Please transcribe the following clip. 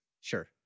Sure